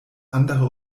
andere